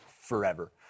forever